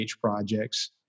projects